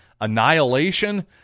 annihilation